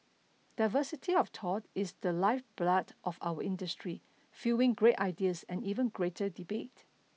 diversity of thought is the lifeblood of our industry fueling great ideas and even greater debate